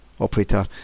operator